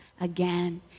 again